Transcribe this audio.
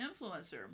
influencer